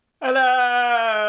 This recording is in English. Hello